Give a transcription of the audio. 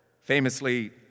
famously